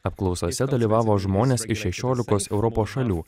apklausose dalyvavo žmonės iš šešiolikos europos šalių